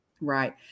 Right